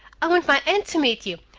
i want my aunt to meet you,